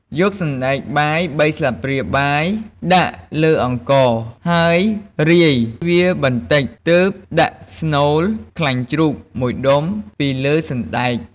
យកសណ្ដែកបាយ ៣ស្លាបព្រាបាយ ដាក់លើអង្ករ ហើយរាយវាបន្តិច ទើបដាក់ស្នូលខ្លាញ់ជ្រូក ១ដុំ ពីលើសណ្ដែក។